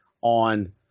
on